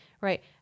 right